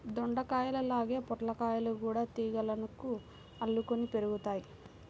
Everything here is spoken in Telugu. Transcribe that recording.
దొండకాయల్లాగే పొట్లకాయలు గూడా తీగలకు అల్లుకొని పెరుగుతయ్